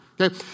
okay